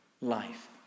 life